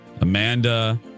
Amanda